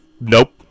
Nope